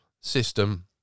system